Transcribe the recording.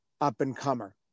up-and-comer